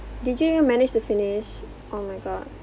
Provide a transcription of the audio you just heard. did you manage to finish oh my god